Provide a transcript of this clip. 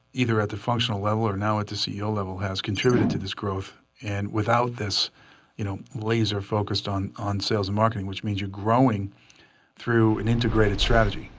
either at the functional level, or now at the ceo level has contributed to this growth. and without this you know laser focused on on sales and marketing, which means you're growing through an integrated strategy.